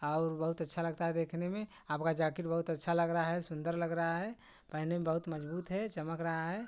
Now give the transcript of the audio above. और बहुत अच्छा लगता है देखने में आपका जैकेट बहुत अच्छा लग रहा है सुंदर लग रहा है पहनने में बहुत मजबूत है चमक रहा है